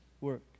work